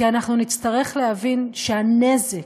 כי אנחנו נצטרך להבין שהנזק,